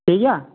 ᱴᱷᱤᱠ ᱜᱮᱭᱟ